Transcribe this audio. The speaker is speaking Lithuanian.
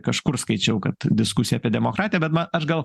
kažkur skaičiau kad diskusija apie demokratiją bet aš gal